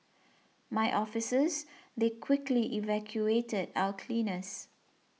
my officers they quickly evacuated our cleaners